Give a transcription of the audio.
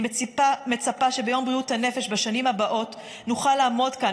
אני מצפה שביום בריאות הנפש בשנים הבאות נוכל לעמוד כאן